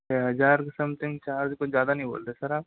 छः हज़ार something charge कुछ ज़्यादा नहीं बोल रहे सर आप